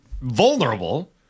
vulnerable